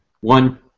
One